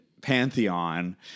pantheon